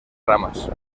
ramas